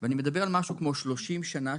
ואני מדבר על משהו כמו 30 שנה,